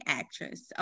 actress